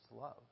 love